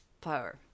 power